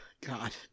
god